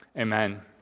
Amen